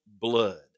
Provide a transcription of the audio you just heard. Blood